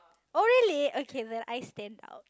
oh really okay then I stand out